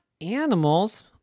animals